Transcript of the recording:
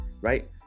right